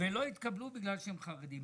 ולא התקבלו בגלל שהם חרדים.